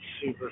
super